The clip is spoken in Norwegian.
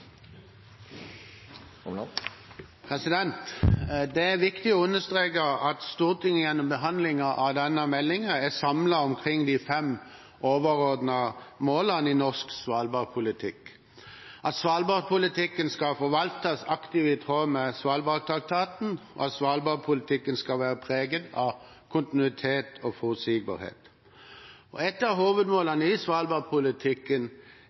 omkring de fem overordnede målene i norsk Svalbard-politikk, bl.a. at Svalbard-politikken skal forvaltes aktivt i tråd med Svalbardtraktaten, og at Svalbard-politikken skal være preget av kontinuitet og forutsigbarhet. Ett av hovedmålene i Svalbard-politikken er opprettholdelsen av